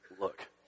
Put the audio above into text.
look